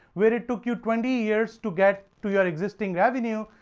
where it took you twenty years to get to your existing revenue,